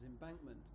embankment